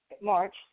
March